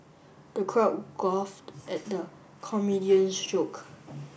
the crowd at the comedian's joke